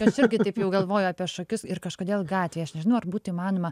aš irgi taip jau galvoju apie šokius ir kažkodėl gatvėj aš nežinau ar būtų įmanoma